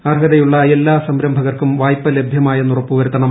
അർഹതയുളള എല്ലാ സംരംഭകർക്കും വായ്പ ലഭ്യമായെന്ന് ഉറപ്പ് വരുത്തണം